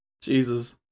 Jesus